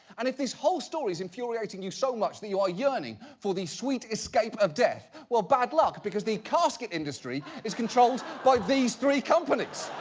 and if this whole story is infuriating you so much that you're yearning for the sweet escape of death? well bad luck, because the casket industry is controlled by these three companies. oh,